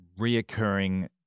reoccurring